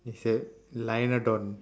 is a lionlodon